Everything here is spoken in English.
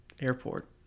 Airport